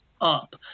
up